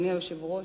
אדוני היושב-ראש,